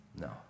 No